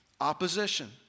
opposition